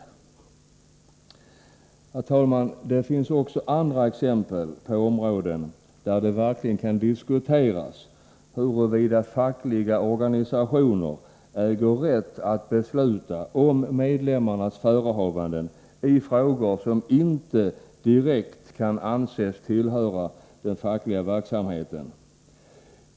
Herr talman! Det finns också andra exempel på områden där det verkligen kan diskuteras huruvida fackliga organisationer äger rätt att besluta om medlemmarnas förehavanden i frågor som inte kan anses direkt tillhöra den fackliga verksamheten.